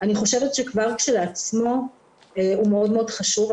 אני חושבת שכבר כשלעצמו הוא מאוד חשוב.